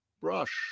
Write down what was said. Brush